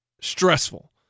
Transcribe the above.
stressful